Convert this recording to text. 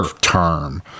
term